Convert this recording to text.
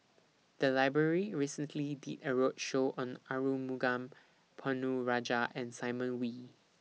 The Library recently did A roadshow on Arumugam Ponnu Rajah and Simon Wee